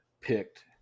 picked